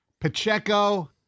Pacheco